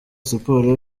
siporo